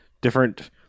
different